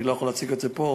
ואני לא יכול להציג את זה פה,